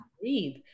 breathe